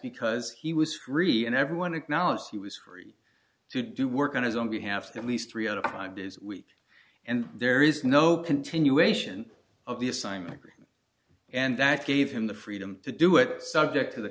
because he was free and everyone acknowledged he was free to do work on his own behalf that least three out of five days a week and there is no continuation of the assignment and that gave him the freedom to do it subject to the